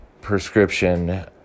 prescription